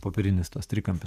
popierinis tas trikampis